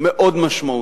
מאוד משמעותית,